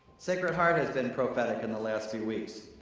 sacred heart has been prophetic in the last few weeks.